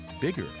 bigger